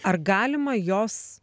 ar galima jos